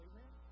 Amen